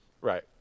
Right